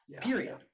period